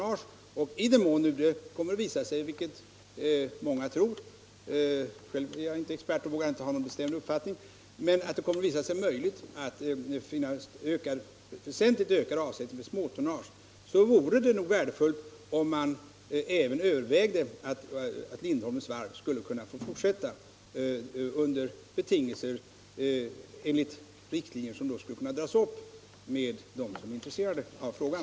I den mån det kommer att visa sig möjligt — vilket många tror; själv är jag ingen expert och vågar inte ha någon uppfattning — att finna väsentligt ökad avsättning för småtonnage, vore det nog värdefullt om man även övervägde frågan om att Lindholmens varv skulle kunna få fortsätta sin verksamhet enligt riktlinjer som skulle kunna dras upp tillsammans med dem som är intresserade av frågan.